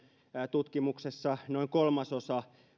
tutkimuksessa noin kolmasosa